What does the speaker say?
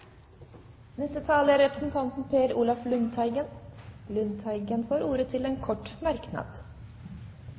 Representanten Per Olaf Lundteigen får ordet til en kort merknad,